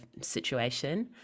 situation